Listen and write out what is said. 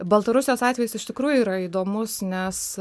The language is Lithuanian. baltarusijos atvejis iš tikrųjų yra įdomus nes